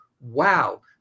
Wow